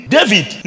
David